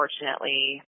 unfortunately